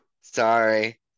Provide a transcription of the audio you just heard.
Sorry